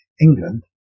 England